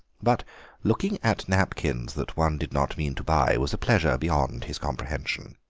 but looking at napkins that one did not mean to buy was a pleasure beyond his comprehension.